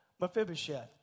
Mephibosheth